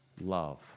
love